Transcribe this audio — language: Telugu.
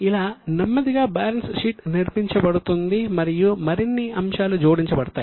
ఇలా నెమ్మదిగా బ్యాలెన్స్ షీట్ నిర్మించబడుతుంది మరియు మరిన్ని అంశాలు జోడించబడతాయి